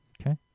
Okay